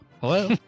Hello